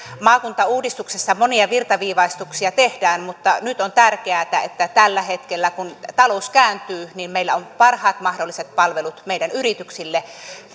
maakuntauudistuksessa monia virtaviivaistuksia tehdään mutta nyt on tärkeätä että tällä hetkellä kun talous kääntyy meillä on parhaat mahdolliset palvelut meidän yrityksille